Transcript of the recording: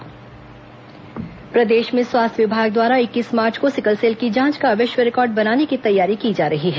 sickle cell जांच प्रदेश में स्वास्थ्य विभाग द्वारा इक्कीस मार्च को सिकलसेल की जांच का विश्व रिकॉर्ड बनाने की तैयारी की जा रही है